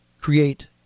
create